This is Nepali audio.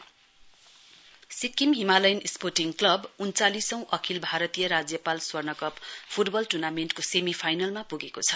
governor's gold cup Sikkim Himalayan sporting club उन्चासिलौं अखिल भारतीय राज्यपाल स्वर्णकप फुटबल टुर्नामेन्टको सेमीफाइनलमा पुगेको छ